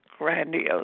grandiose